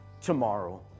tomorrow